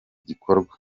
gikorwa